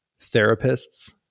therapists